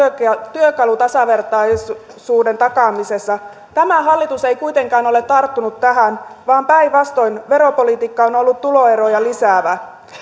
työkalu tasavertaisuuden takaamisessa tämä hallitus ei kuitenkaan ole tarttunut tähän vaan päinvastoin veropolitiikka on ollut tuloeroja lisäävä